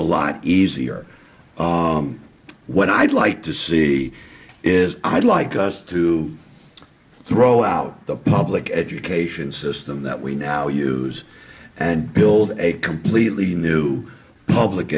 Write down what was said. a lot easier what i'd like to see is i'd like us to throw out the public education system that we now use and build a completely new public